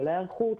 כל ההיערכות,